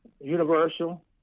Universal